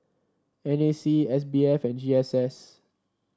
N A C S B F and G S S